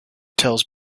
tells